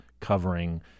covering